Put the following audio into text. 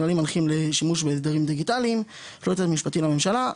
כללים מנחים לשימוש בהסדרים דיגיטליים של היועץ המשפטי לממשלה.